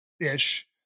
ish